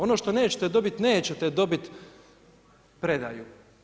Ono što nećete dobiti, nećete dobiti predaju.